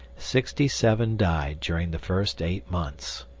sixty seven died during the first eight months.